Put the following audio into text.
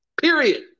Period